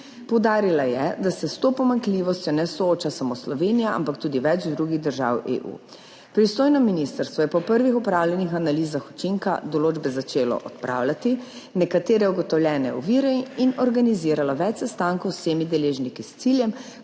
Poudarila je, da se s to pomanjkljivostjo ne sooča samo Slovenija, ampak tudi več drugih držav EU. Pristojno ministrstvo je po prvih opravljenih analizah učinka določbe začelo odpravljati nekatere ugotovljene ovire in organiziralo več sestankov z vsemi deležniki s ciljem,